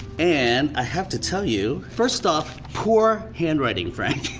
and i have to tell you, first off, poor handwriting frank.